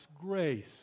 grace